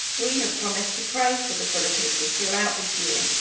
we have promised to pray for the fula people, throughout this year,